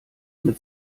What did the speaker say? mit